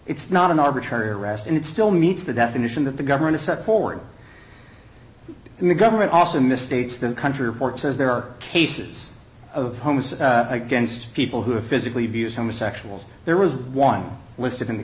it's not an arbitrary arrest and it still meets the definition that the government to set forward and the government also misstates the country reports as there are cases of homes against people who have physically abused homosexuals there was one listed in the